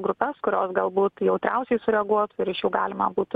grupes kurios galbūt jautriausiai sureaguos ir iš jų galima būtų